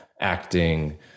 acting